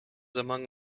among